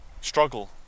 struggle